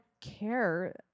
care